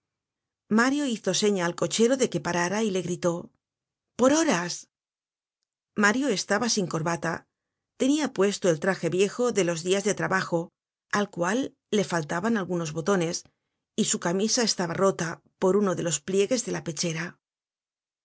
mario hizo seña al cochero de que parara y le gritó por horas mario estaba sin corbata tenia puesto el traje viejo de los dias de trabajo al cual le faltaban algunos botones y su camisa estaba rola por uno de los pliegues de la pechera